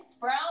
Brown